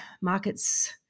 Market's